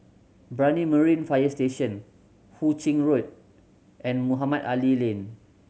Brani Marine Fire Station Hu Ching Road and Mohamed Ali Lane